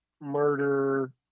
murder